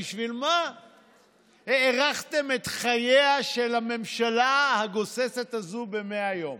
בשביל מה הארכתם את חייה של הממשלה הגוססת הזאת ב-100 יום?